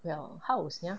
well haus nyah